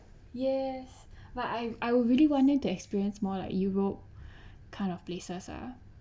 yes but I I really wanted to experience more like europe kind of places ah